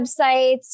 websites